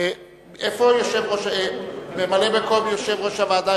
איפה ממלא-מקום יושב-ראש הוועדה,